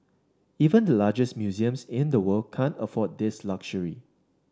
even the largest museums in the world can't afford this luxury